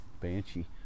Banshee